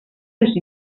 les